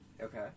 Okay